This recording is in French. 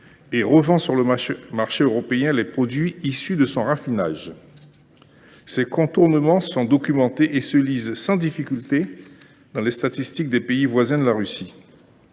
et revend sur le marché européen les produits issus de son raffinage. Ces contournements sont documentés et l’on peut les retracer sans difficulté dans les statistiques des pays voisins de la Russie.